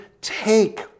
take